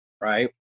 right